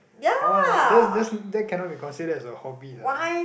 come on lah that's that's that cannot be considered as a hobby lah